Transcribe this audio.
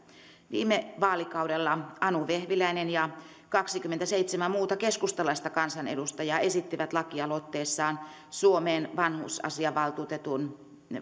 viime vaalikaudella anu vehviläinen ja kaksikymmentäseitsemän muuta keskustalaista kansanedustajaa esittivät lakialoitteessaan suomeen vanhusasiavaltuutetun